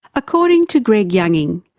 according to greg younging,